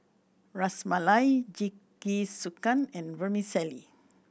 Ras Malai Jingisukan and Vermicelli